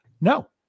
No